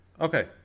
Okay